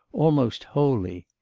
almost holy.